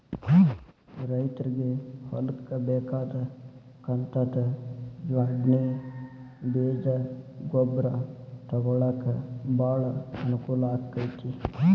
ರೈತ್ರಗೆ ಹೊಲ್ಕ ಬೇಕಾದ ಕಂತದ ಜ್ವಾಡ್ಣಿ ಬೇಜ ಗೊಬ್ರಾ ತೊಗೊಳಾಕ ಬಾಳ ಅನಕೂಲ ಅಕೈತಿ